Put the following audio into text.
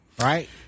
Right